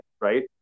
right